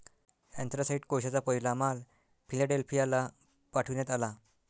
anthracite कोळशाचा पहिला माल फिलाडेल्फियाला पाठविण्यात आला